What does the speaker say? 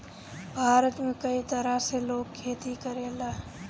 भारत में कई तरह से लोग खेती करेला